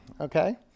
Okay